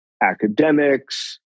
academics